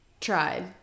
tried